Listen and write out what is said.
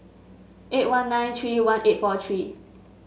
eight one nine three one eight four three